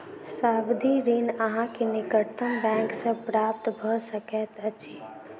सावधि ऋण अहाँ के निकटतम बैंक सॅ प्राप्त भ सकैत अछि